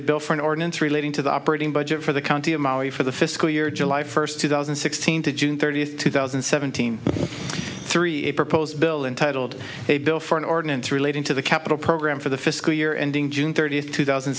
bill for an ordinance relating to the operating budget for the county of maui for the fiscal year july first two thousand and sixteen to june thirtieth two thousand and seventeen three a proposed bill intitled a bill for an ordinance relating to the capital program for the fiscal year ending june thirtieth two thousand